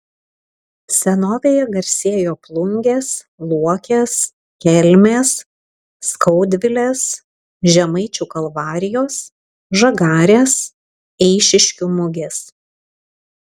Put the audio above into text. senovėje garsėjo plungės luokės kelmės skaudvilės žemaičių kalvarijos žagarės eišiškių mugės